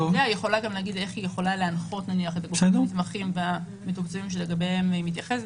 היא יכולה גם לומר איך היא יכולה להנחות את העובדים לגביהם היא מתייחסת.